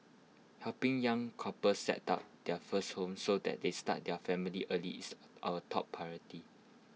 helping young couples set up their first home so that they start their family early is our top priority